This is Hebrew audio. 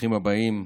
ברוכים הבאים.